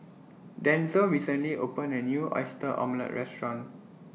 Denzel recently opened A New Oyster Omelette Restaurant